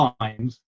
times